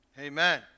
amen